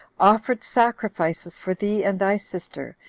offered sacrifices for thee and thy sister,